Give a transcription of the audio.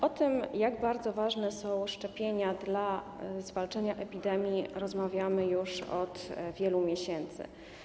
O tym, jak bardzo ważne są szczepienia, aby zwalczać epidemię, rozmawiamy już od wielu miesięcy.